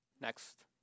next